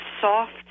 soft